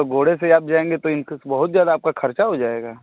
तो घोड़े से आप जाएँगे तो इंक बहुत ज़्यादा आपका खर्चा हो जाएगा